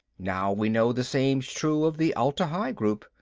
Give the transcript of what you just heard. now we know the same's true of the atla-hi group.